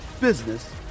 business